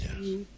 Yes